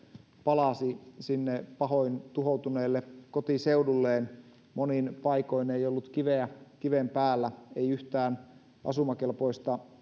palasi sinne pahoin tuhoutuneelle kotiseudulleen monin paikoin ei ollut kiveä kiven päällä ei yhtään asumakelpoista